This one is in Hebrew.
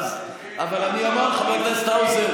אמר לטרומפלדור,